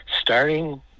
starting